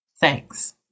Thanks